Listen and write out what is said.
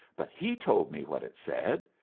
but he told me what it said.